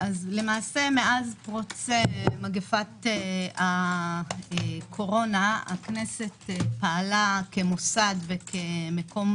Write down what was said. מאז פרוץ מגיפת הקורונה הכנסת פעלה כמוסד וכמקום